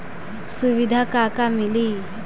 सुविधा का का मिली?